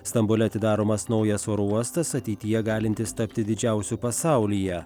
stambule atidaromas naujas oro uostas ateityje galintis tapti didžiausiu pasaulyje